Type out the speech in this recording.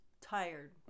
tired